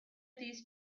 these